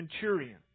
centurion